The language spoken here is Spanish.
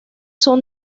son